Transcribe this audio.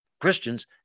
Christians